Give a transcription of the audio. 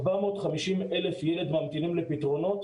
450,000 ילדים ממתינים לפתרונות.